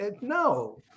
no